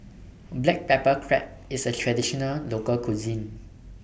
Black Pepper Crab IS A Traditional Local Cuisine